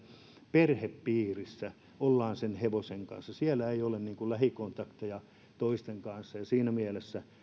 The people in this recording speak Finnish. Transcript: perhepiirissä ollaan sen hevosen kanssa siellä ei ole lähikontakteja toisten kanssa siinä mielessä toivon